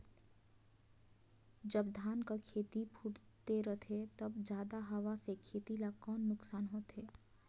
जब धान कर खेती फुटथे रहथे तब जादा हवा से खेती ला कौन नुकसान होथे?